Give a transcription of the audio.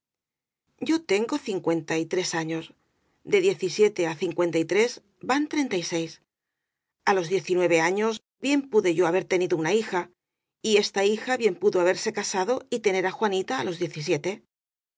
yo tengo cincuenta y tres años de diecisiete á cincuenta y tres van treinta y seis á los diecinueve años bien pude yo haber tenido una hija y esta hija bien pudo haberse casado y tener á juanita á los diecisiete